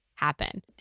happen